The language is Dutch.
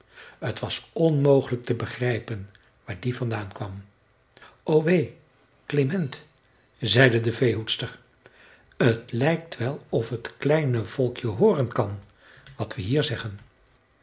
t was onmogelijk te begrijpen waar die vandaan kwam o wee klement zeide de veehoedster t lijkt wel of t kleine volkje hooren kan wat we hier zeggen